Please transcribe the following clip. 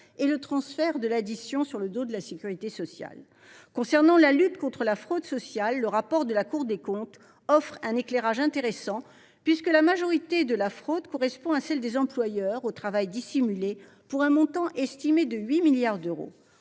et le transfert de l’addition à la sécurité sociale. Sur la lutte contre la fraude sociale, le rapport de la Cour des comptes offre un éclairage intéressant, puisque la majorité de la fraude correspond à celle des employeurs au travail dissimulé, pour un montant estimé de 8 milliards d’euros.